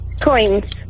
Coins